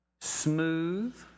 smooth